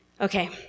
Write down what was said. Okay